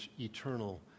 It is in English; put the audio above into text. eternal